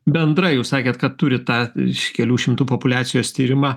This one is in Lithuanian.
bendrai jūs sakėt kad turit tą iš kelių šimtų populiacijos tyrimą